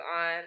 on